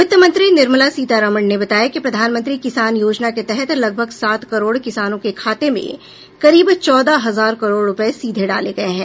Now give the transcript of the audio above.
वित्त मंत्री निर्मला सीतारामन ने बताया कि प्रधानमंत्री किसान योजना के तहत लगभग सात करोड़ किसानों के खातों में करीब चौदह हजार करोड़ रुपये सीधे डाले गए हैं